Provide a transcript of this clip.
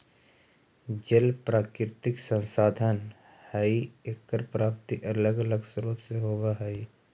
जल प्राकृतिक संसाधन हई एकर प्राप्ति अलग अलग स्रोत से होवऽ हई